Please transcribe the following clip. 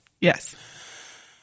Yes